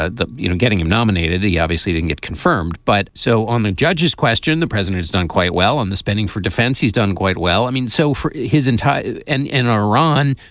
ah you know, getting him nominated. he obviously didn't get confirmed. but so on the judges question, the president is done quite well on the spending for defense. he's done quite well. i mean, so for his entire and in ah iran,